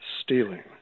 stealing